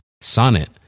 Sonnet